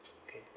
okay